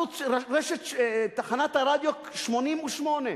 תחנת הרדיו 88,